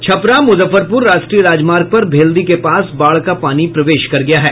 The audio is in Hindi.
छपरा मुजफ्फरपुर राष्ट्रीय राजमार्ग पर भेल्दी के पास बाढ़ का पानी प्रवेश कर गया है